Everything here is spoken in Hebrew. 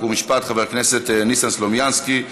חוק ומשפט חבר הכנסת ניסן סלומינסקי.